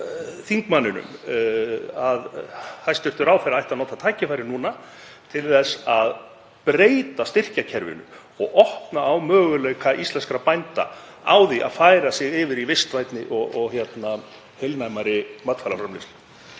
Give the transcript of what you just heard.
þingmanninum að hæstv. ráðherra ætti að nota tækifærið núna til þess að breyta styrkjakerfinu og opna á möguleika íslenskra bænda á því að færa sig yfir í vistvænni og heilnæmari matvælaframleiðslu?